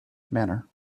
manner